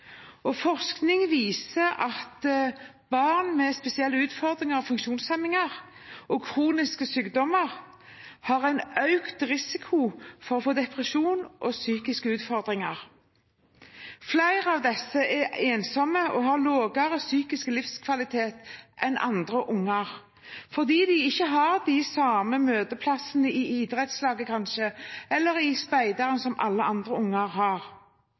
Forskning viser at barn med spesielle utfordringer, funksjonshemninger og kroniske sykdommer har en økt risiko for å få depresjon og psykiske utfordringer. Flere av disse er ensomme og har lavere psykisk livskvalitet enn andre unger fordi de kanskje ikke har de samme møteplassene i f.eks. idrettslaget eller speideren som alle andre unger har.